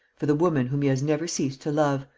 for the woman whom he has never ceased to love.